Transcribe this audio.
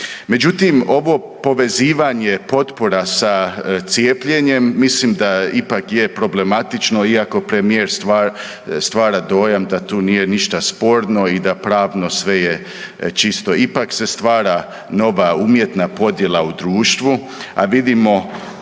Međutim ovo povezivanje potpora sa cijepljenjem mislim da je ipak problematično iako premijer stvara dojam da tu nije ništa sporno i da pravno sve je čisto. Ipak se stvara nova umjetna podjela u društvu, a vidimo